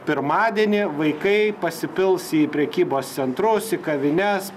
pirmadienį vaikai pasipils į prekybos centrus į kavines